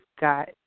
got